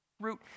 root